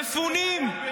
מפונים,